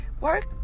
work